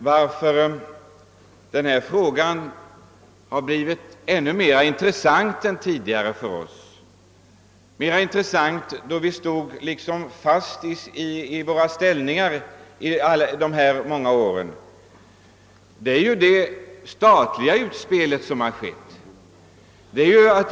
Att denna fråga har blivit ännu mera intressant än tidigare, då vi i många år stod fastvuxna i våra ställningar, beror på det statliga utspel som har gjorts.